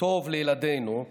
טוב לילדינו,